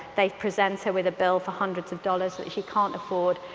they presents her with a bill for hundreds of dollars which she can't afford.